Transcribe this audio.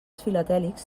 filatèlics